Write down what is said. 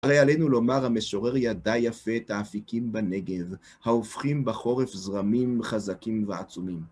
הרי עלינו לומר המשורר ידיי יפה, תעפיקים בנגב, ההופכים בחורף זרמים חזקים ועצומים.